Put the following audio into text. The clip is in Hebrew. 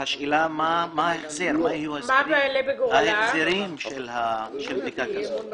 השאלה מה ההחזר, מה יהיו ההחזרים של בדיקה כזאת.